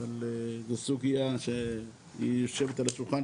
אב זו סוגיה שיושבת על השולחן.